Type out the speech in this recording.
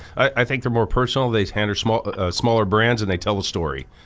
i think they're more personal, they handle smaller smaller brands and they tell the story.